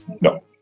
No